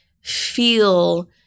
feel